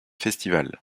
festivals